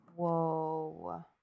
Whoa